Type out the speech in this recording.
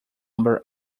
number